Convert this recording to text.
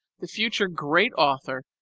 the future great author,